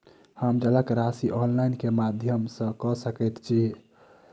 हम जलक राशि ऑनलाइन केँ माध्यम सँ कऽ सकैत छी?